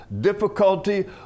difficulty